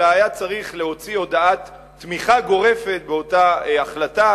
אלא היה צריך להוציא הודעת תמיכה גורפת באותה החלטה,